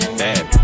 bad